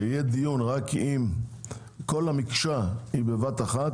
שיהיה דיון רק אם כל המקשה היא בבת אחת,